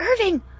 irving